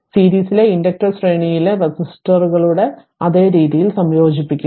അതിനാൽ സീരീസിലെ ഇൻഡക്റ്റർ ശ്രേണിയിലെ റെസിസ്റ്ററുകളുടെ അതേ രീതിയിൽ സംയോജിപ്പിച്ചിരിക്കുന്നു